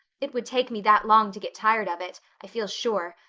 it would take me that long to get tired of it, i feel sure.